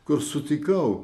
kur sutikau